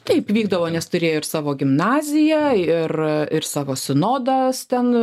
taip vykdavo nes turėjo ir savo gimnaziją ir ir savo sinodas ten